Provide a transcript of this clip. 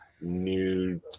new